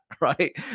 right